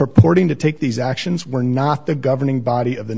purporting to take these actions were not the governing body of the